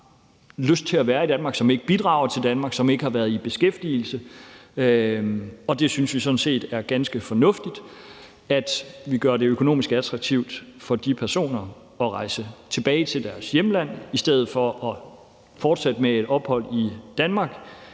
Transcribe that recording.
som ikke bidrager til Danmark, og som ikke har været i beskæftigelse. Vi synes sådan set, det er ganske fornuftigt, at vi gør det økonomisk attraktivt for de personer at rejse tilbage til deres hjemland i stedet for at fortsætte med et ophold i Danmark,